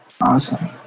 awesome